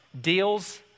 deals